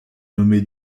nommé